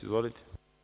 Izvolite.